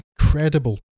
incredible